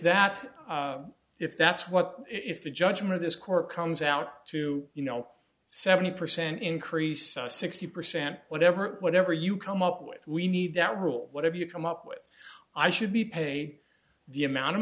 that if that's what if the judgment of this court comes out to you know seventy percent increase sixty percent whatever whatever you come up with we need that rule whatever you come up with i should be paid the amount of